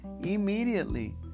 immediately